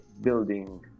building